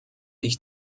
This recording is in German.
ich